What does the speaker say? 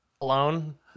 alone